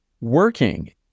working